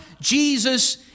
Jesus